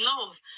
love